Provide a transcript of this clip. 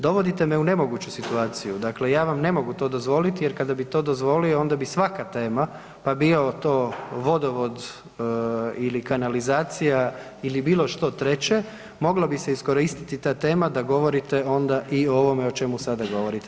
Dovodite me u nemoguću situaciju, dakle ja vam ne mogu to dozvoliti jer kada bi to dozvolio onda bi svaka tema, pa bio to vodovod ili kanalizacija ili bilo što treće, moglo bi se iskoristiti ta tema da govorite onda i o ovome o čemu sada govorite.